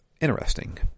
interesting